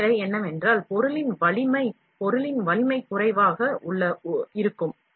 இரண்டாம் நிலை ஆதரவு பொருளில் பொருளின் வலிமை குறைவாக இருக்கும்